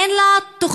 אין לה תוכנית,